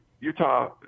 Utah